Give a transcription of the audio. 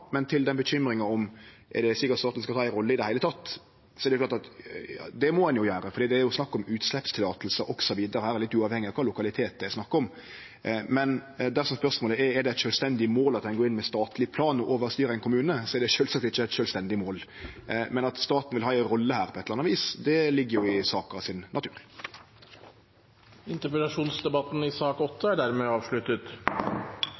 men når det gjeld bekymringa om det er slik at staten skal ha ei rolle i det heile, er det klart at det må han ha. Det er jo snakk om utsleppsløyve osv., litt uavhengig av kva lokalitet det er snakk om. Men dersom spørsmålet er om det er eit sjølvstendig mål at ein går inn med statleg plan og overstyrer ein kommune, er det sjølvsagt ikkje eit sjølvstendig mål. Men at staten vil ha ei rolle her på eit eller anna vis, ligg i saka sin natur. Debatten i sak